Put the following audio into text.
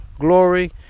glory